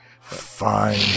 Fine